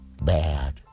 bad